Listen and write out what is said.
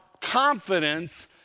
confidence